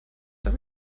der